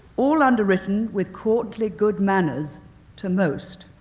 all underwritten with courtly good manners to most.